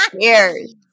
Cheers